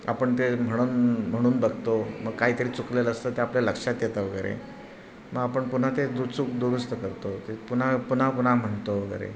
आपण ते म्हणून म्हणून बघतो मग काहीतरी चुकलेलं असतं ते आपल्या लक्षात येतं वगैरे मग आपण पुन्हा ते दु चुक दुरुस्त करतो ते पुन्हा पुन्हा पुन्हा म्हणतो वगैरे